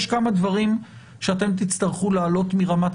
יש כמה דברים שאתם תצטרכו להעלות מרמת